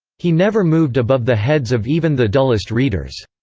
he never moved above the heads of even the dullest readers.